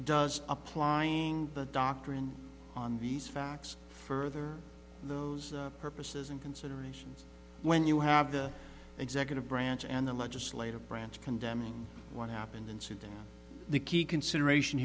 does applying the doctrine on these facts further those purposes and considerations when you have the executive branch and the legislative branch condemning what happened in sudan the key consideration